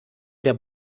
der